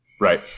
Right